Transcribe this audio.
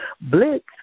Blitz